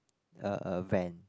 a a van